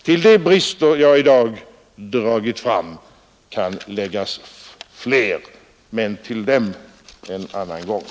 Till de brister jag i dag dragit fram kan läggas fler, men till dem en annan gång!